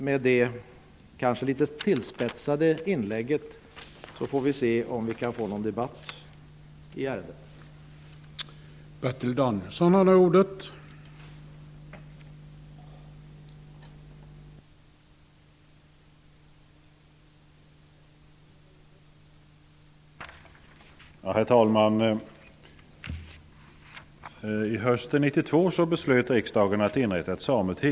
Med detta kanske litet tillspetsade inlägg får vi se om vi kan få någon debatt i ärendet.